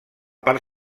part